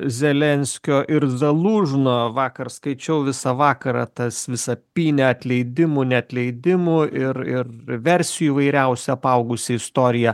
zelenskio ir zalužno vakar skaičiau visą vakarą tas visą pynę atleidimų neatleidimų ir ir versijų įvairiausia apaugusi istorija